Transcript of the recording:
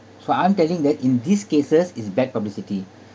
so I'm guessing that in these cases is bad publicity